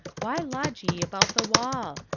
why lodge ye about the wall?